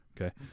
okay